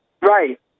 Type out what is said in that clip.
Right